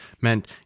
meant